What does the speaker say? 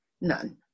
none